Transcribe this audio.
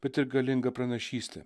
bet ir galingą pranašystę